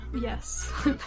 Yes